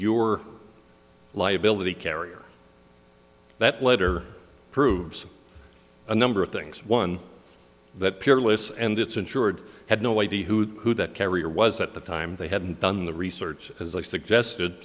your liability carrier that letter proves a number of things one that peerless and it's insured had no idea who that carrier was at the time they hadn't done the research